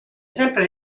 sempre